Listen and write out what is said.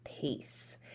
peace